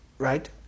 Right